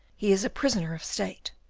he is a prisoner of state,